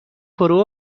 فرو